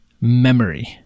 memory